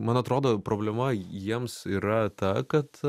man atrodo problema jiems yra ta kad